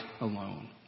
alone